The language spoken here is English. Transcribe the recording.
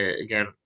Again